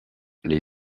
les